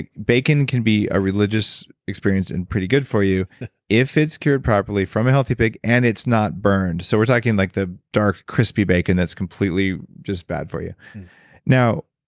and bacon can be a religious experience and pretty good for you if it's cured properly from a healthy pig, and it's not burned. so we're talking like the dark, crispy bacon that's completely just bad for you now,